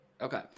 Okay